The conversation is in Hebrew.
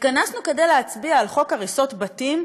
התכנסנו כדי להצביע על חוק הריסות בתים,